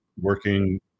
working